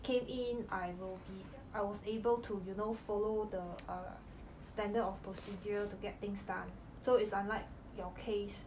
came in I will be I was able to you know follow the err standard of procedure to get things done so is unlike your case